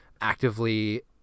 actively